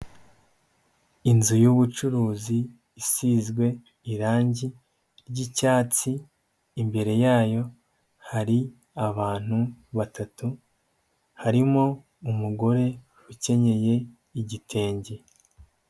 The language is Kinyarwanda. Inzu y'ubucuruzi isizwe irangi ry'icyatsi, imbere yayo hari abantu batatu, harimo umugore ukenyeye igitenge.